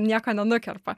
nieko nenukerpa